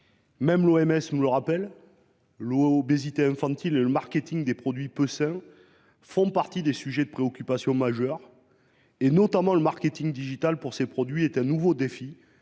l'OMS ajoutait que « l'obésité infantile et le marketing des produits peu sains font partie des sujets de préoccupation majeurs », et que « le marketing digital pour ces produits est un nouveau défi